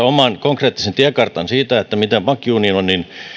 oman konkreettisen tiekartan siitä miten pankkiunionin